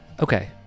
Okay